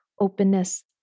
openness